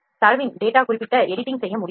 தரவின் குறிப்பிட்ட எடிட்டிங் செய்ய முடியும்